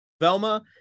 Velma